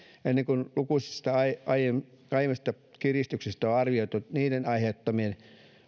ennen kuin lukuisia aiempia kiristyksiä on arvioitu ja niiden aiheuttamia